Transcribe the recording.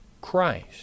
Christ